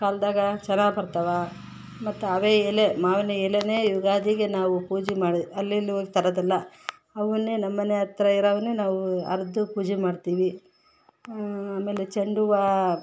ಕಾಲ್ದಾಗ ಚೆನ್ನಾಗ್ ಬರ್ತಾವೆ ಮತ್ತು ಅವೇ ಎಲೆ ಮಾವಿನ ಎಲೆ ಯುಗಾದಿಗೆ ನಾವು ಪೂಜೆ ಮಾಡೋದ್ ಅಲ್ಲಿ ಇಲ್ಲಿ ಹೋಗಿ ತರೋದಲ್ಲ ಅವನ್ನೆ ನಮ್ಮ ಮನೇಹತ್ರ ಇರೋವುನ್ನೆ ನಾವು ಹರ್ದು ಪೂಜೆ ಮಾಡ್ತೀವಿ ಆಮೇಲೆ ಚೆಂಡುಹೂವು